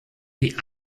die